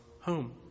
home